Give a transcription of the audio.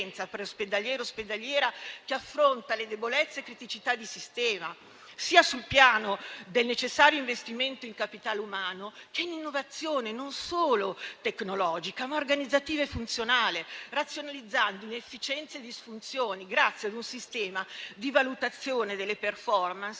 preospedaliera e ospedaliera che affronta le debolezze e criticità di sistema sia sul piano del necessario investimento in capitale umano che in innovazione non solo tecnologica, ma organizzativa e funzionale, razionalizzando inefficienze e disfunzioni grazie ad un sistema di valutazione delle *performance*